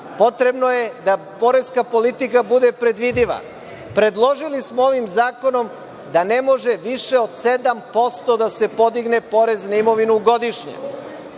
Potrebno je da poreska politika bude predvidiva. Predložili smo ovim zakonom da ne može više od 7% da se podigne porez na imovinu godišnje.